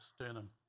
sternum